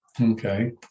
Okay